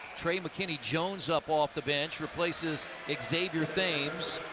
trey mckinney jones up off the bench, replacing xavier thames.